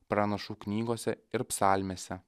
pranašų knygose ir psalmėse